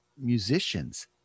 Musicians